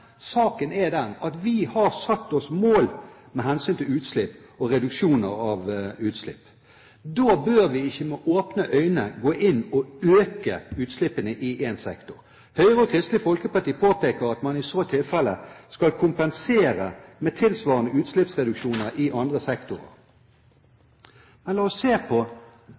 saken er den at vi har satt oss mål med hensyn til utslipp og reduksjoner av utslipp. Da bør vi ikke med åpne øyne gå inn og øke utslippene i én sektor. Høyre og Kristelig Folkeparti påpeker at man i så tilfelle skal kompensere med tilsvarende utslippsreduksjoner innen andre sektorer. Men la oss se på